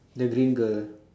the green girl ah